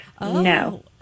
No